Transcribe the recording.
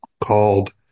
called